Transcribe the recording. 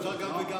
אפשר גם וגם.